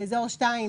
באזור (2),